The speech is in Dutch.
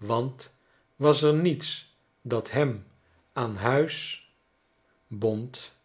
want was er niets dat hem aan huis bond